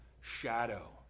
shadow